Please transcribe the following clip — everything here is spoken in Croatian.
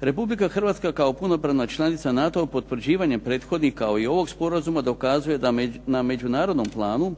RH kao punopravna članica NATO-a potvrđivanjem prethodnih kao i ovog sporazuma dokazuje da na međunarodnom planu